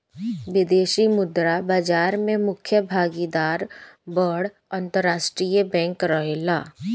विदेशी मुद्रा बाजार में मुख्य भागीदार बड़ अंतरराष्ट्रीय बैंक रहेला